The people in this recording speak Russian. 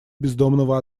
бездомного